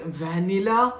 vanilla